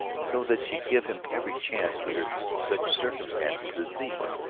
so that she give him every chance under such circumstances as these.